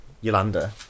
Yolanda